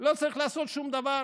לא צריך לעשות שום דבר.